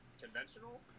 conventional